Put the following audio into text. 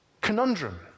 conundrum